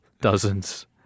dozens